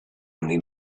only